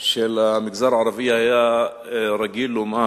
של המגזר הערבי היה רגיל לומר: